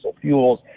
fuels